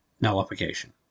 nullification